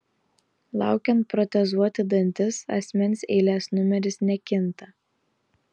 laukiant protezuoti dantis asmens eilės numeris nekinta